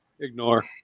ignore